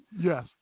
Yes